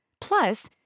plus